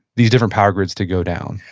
these different power grids, to go down?